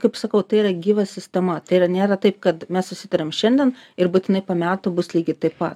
kaip sakau tai yra gyva sistema tai yra nėra taip kad mes susitariam šiandien ir būtinai po metų bus lygiai taip pa